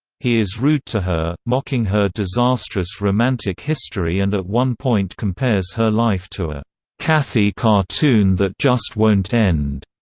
he is rude to her, mocking her disastrous romantic history and at one point compares her life to a cathy cartoon that just won't end.